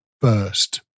first